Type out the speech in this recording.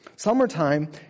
Summertime